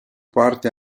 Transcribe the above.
parte